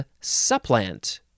supplant